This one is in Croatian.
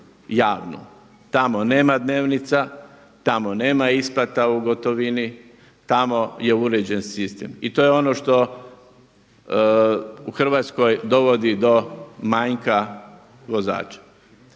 Tamo nema dnevnica, tamo nema isplata u gotovini, tamo je uređen sistem. I to je ono što u Hrvatskoj dovodi do manjka vozača.